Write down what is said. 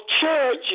church